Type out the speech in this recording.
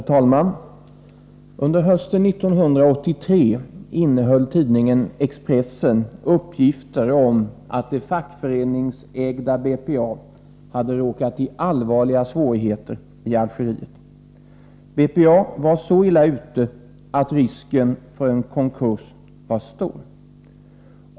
Herr talman! Under hösten 1983 innehöll tidningen Expressen uppgifter om att det fackföreningsägda BPA hade råkat i allvarliga svårigheter i Algeriet. BPA var så illa ute att risken för en konkurs var stor.